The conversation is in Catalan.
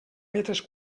metres